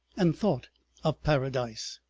and thought of paradise.